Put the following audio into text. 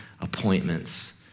appointments